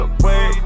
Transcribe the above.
away